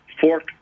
fork